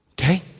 Okay